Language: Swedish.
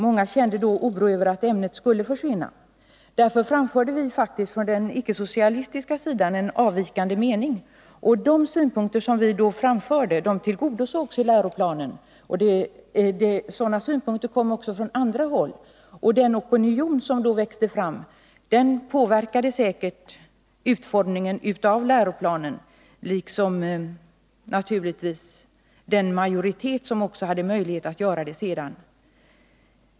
Många kände då oro över att ämnet skulle försvinna. Därför framförde vi faktiskt från den icke-socialistiska sidan en avvikande mening, och de synpunkter som då framfördes tillgodosågs i läroplanen. Sådana synpunkter kom också från andra håll, och den opinion som då växte fram påverkade säkert — liksom naturligtvis den majoritet som också hade möjlighet att göra detta sedan — utformningen av läroplanen.